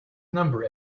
number